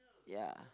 ya